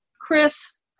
Chris